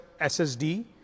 SSD